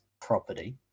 property